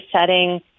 setting